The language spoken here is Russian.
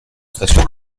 статью